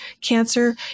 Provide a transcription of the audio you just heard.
cancer